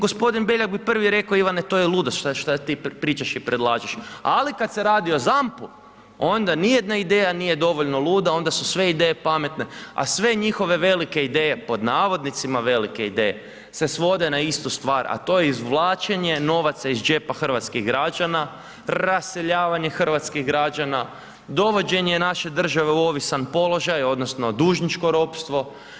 Gospodin Beljak bi prvi rekao Ivane to je ludost šta ti sad pričaš i predlažeš, ali kad se radi o ZAMP-u, onda ni jedna ideja nije dovoljno luda, onda su sve ideje pametne, a sve njihove velike ideje, pod navodnicima velike ideje, se svode na istu stvar, a to je izvlačenje novaca iz džepa hrvatskih građana, raseljavanje hrvatskih građana, dovođenje naše države u ovisan položaj odnosno dužničko ropstvo.